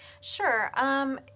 Sure